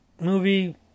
movie